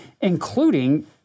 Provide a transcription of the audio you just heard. including